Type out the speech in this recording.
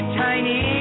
tiny